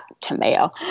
Tomato